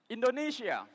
Indonesia